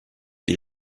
die